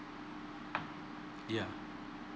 yeah